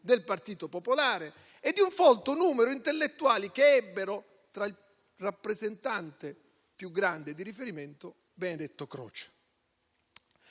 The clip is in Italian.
del Partito Popolare e di un folto numero di intellettuali che ebbero come maggior rappresentante di riferimento Benedetto Croce.